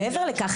מעבר לכך,